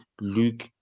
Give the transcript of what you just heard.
Luke